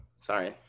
sorry